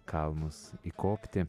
kalnus įkopti